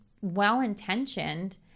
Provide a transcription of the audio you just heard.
well-intentioned